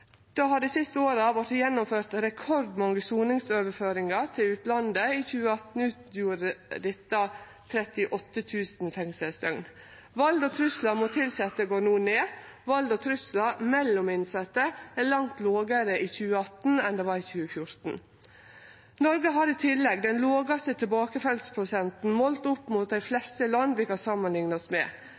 Det har dei siste åra vorte gjennomført rekordmange soningsoverføringar til utlandet. I 2018 utgjorde dette 38 000 fengselsdøgn. Tala for vald og trugslar mot tilsette går no ned. Tala for vald og trugslar mellom innsette er langt lågare i 2018 enn dei var i 2014. Noreg har i tillegg den lågaste tilbakefallsprosenten målt mot dei fleste landa vi kan samanlikne oss med.